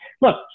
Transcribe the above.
look